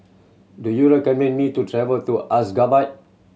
do you recommend me to travel to Ashgabat